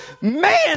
Man